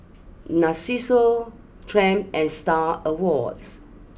Narcissus Triumph and Star Awards